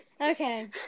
Okay